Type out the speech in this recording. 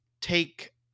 take